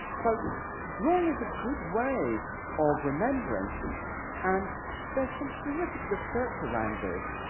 so drawing is a good way of remembering and there's some terrific research around this.